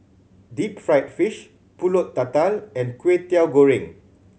deep fried fish Pulut Tatal and Kwetiau Goreng